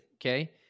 okay